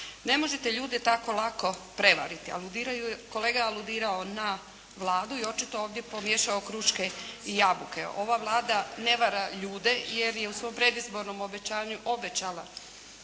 ne možete ljude tako lako prevariti, kolega je aludirao na Vladu o očito ovdje pomiješao kruške i jabuke. Ova Vlada ne vara ljude jer je u svom predizbornom obećanju obećala